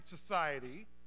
society